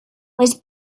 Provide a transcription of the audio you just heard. was